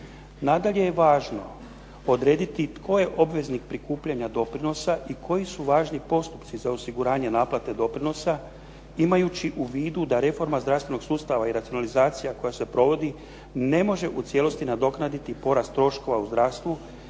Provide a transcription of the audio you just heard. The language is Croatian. Nadalje je važno odrediti tko je obveznik prikupljanja doprinosa i koji su važni postupci za osiguranje naplate doprinosa, imajući u vidu da reforma zdravstvenog sustava i racionalizacija koja se provodi ne može u cijelosti nadoknaditi porast troškova u zdravstvu